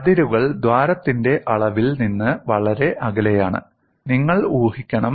അതിരുകൾ ദ്വാരത്തിന്റെ അളവിൽ നിന്ന് വളരെ അകലെയാണെന്ന് നിങ്ങൾ ഊഹിക്കണം